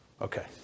Okay